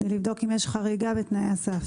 כדי לבדוק אם יש חריגה בתנאי הסף.